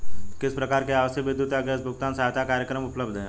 किस प्रकार के आवासीय विद्युत या गैस भुगतान सहायता कार्यक्रम उपलब्ध हैं?